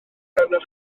arnoch